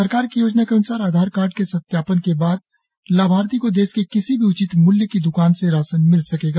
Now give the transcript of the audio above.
सरकार की योजना के अन्सार आधार कार्ड के सत्यापन के बाद लाभार्थी को देश के किसी भी उचित मुल्य की दुकान से राशन मिल सकेगा